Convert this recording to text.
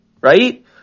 Right